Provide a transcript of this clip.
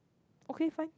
okay fine